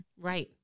Right